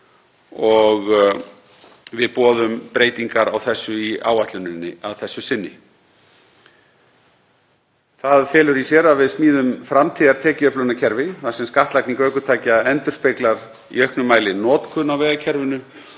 og við boðum breytingar á þessu í áætluninni að þessu sinni. Það felur í sér að við smíðum framtíðartekjuöflunarkerfi þar sem skattlagning ökutækja endurspeglar í auknum mæli notkun á vegakerfinu